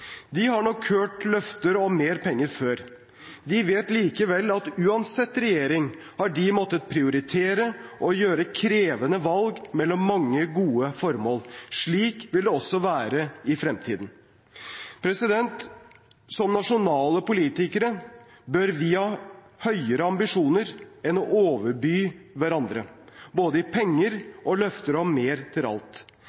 De har nok hørt løfter om mer penger før. De vet likevel at uansett regjering har de måttet prioritere og gjøre krevende valg mellom mange gode formål. Slik vil det også være i fremtiden. Som nasjonale politikere bør vi ha høyere ambisjoner enn å overby hverandre både i penger